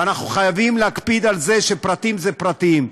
ואנחנו חייבים להקפיד על זה שפרטיים הם פרטיים.